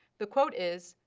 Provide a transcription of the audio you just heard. the quote is,